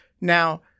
Now